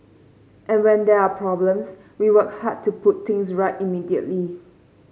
and when there are problems we work hard to put things right immediately